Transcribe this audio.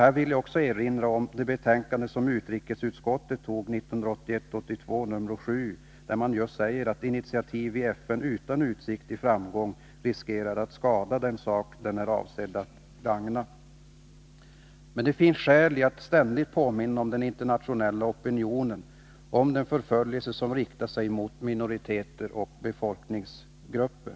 Jag vill här även erinra om utrikesutskottets betänkande 1981/82:7, där man just säger att ”initiativ i FN utan utsikter till framgång riskerar att skada den sak de är avsedda att gagna”. Men det finns skäl att ständigt påminna om den internationella opinionen, om den förföljelse som riktar sig mot minoriteter och befolkningsgrupper.